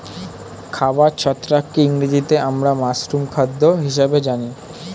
খাবার ছত্রাককে ইংরেজিতে আমরা মাশরুম খাদ্য হিসেবে জানি